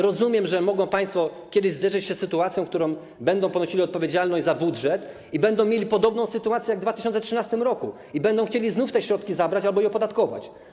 Rozumiem, że mogą państwo kiedyś zderzyć się z sytuacją, w której będą ponosili odpowiedzialność za budżet, będą mieli podobną sytuację jak w 2013 r., w której będą chcieli znów te środki zabrać albo je opodatkować.